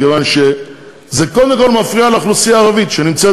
מכיוון שזה קודם כול מפריע לאוכלוסייה הערבית שנמצאת,